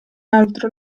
altro